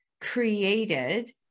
created